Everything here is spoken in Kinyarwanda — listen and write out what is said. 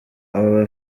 aba